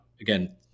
again